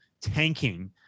tanking